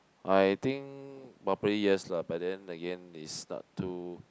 I think probably yes lah but then again it's not too